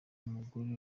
umugore